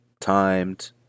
timed